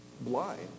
blind